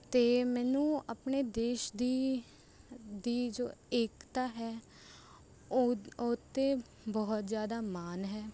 ਅਤੇ ਮੈਨੂੰ ਆਪਣੇ ਦੇਸ਼ ਦੀ ਦੀ ਜੋ ਏਕਤਾ ਹੈ ਉਹ ਉਹ 'ਤੇ ਬਹੁਤ ਜ਼ਿਆਦਾ ਮਾਣ ਹੈ